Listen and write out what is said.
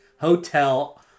hotel